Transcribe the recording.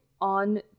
on